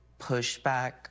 pushback